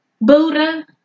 Buddha